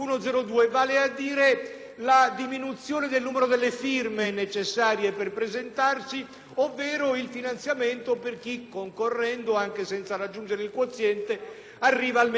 ovvero il finanziamento per chi, concorrendo anche senza raggiungere il quoziente, arriva almeno alla soglia non così banale del 2 per cento. Formulo